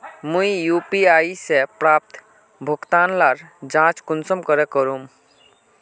मुई यु.पी.आई से प्राप्त भुगतान लार जाँच कुंसम करे करूम?